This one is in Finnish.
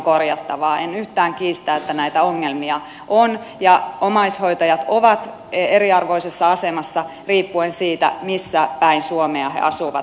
en yhtään kiistä että näitä ongelmia on ja että omaishoitajat ovat eriarvoisessa asemassa riippuen siitä missäpäin suomea he asuvat